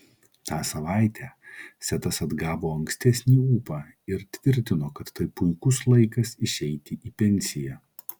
tą savaitę setas atgavo ankstesnį ūpą ir tvirtino kad tai puikus laikas išeiti į pensiją